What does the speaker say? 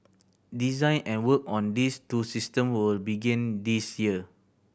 design and work on these two system will begin this year